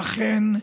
ואכן,